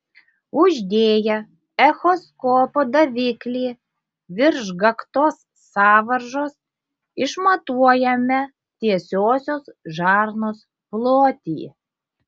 uždėję echoskopo daviklį virš gaktos sąvaržos išmatuojame tiesiosios žarnos plotį